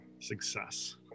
success